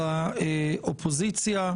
לדון ולהתעמק בזה אנחנו דוחים את ההצבעה ליום